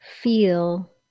feel